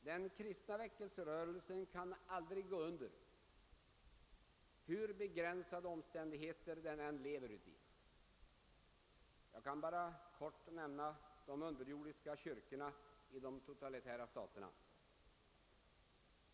Den kristna väckelserörelsen kan aldrig gå under, hur begränsade omständigheter den än lever i. Jag kan bara i korthet nämna de underjordiska kyrkorna i de totalitära staterna.